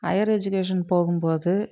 higher education போகும் போது